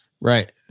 Right